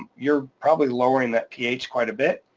you're probably lowering that ph quite a bit.